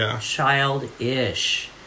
childish